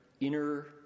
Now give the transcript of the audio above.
inner